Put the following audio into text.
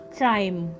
crime